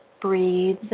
breathe